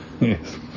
Yes